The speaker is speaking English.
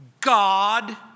God